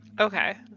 Okay